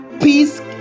peace